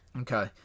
Okay